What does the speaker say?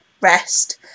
rest